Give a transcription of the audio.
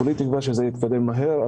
כולי תקווה שזה יתקדם מהר.